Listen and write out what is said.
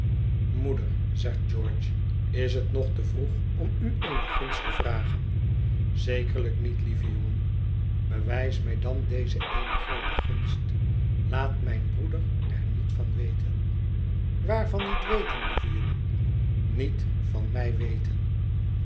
moeder zegt george is het nog te vroeg om u eene gunst te vragen zekerlijk niet lieve jongen bewijs mij dan deze ééne groote gunst laat mijn broeder er niet van weten waarvan niet weten lieve jongen niet van mij weten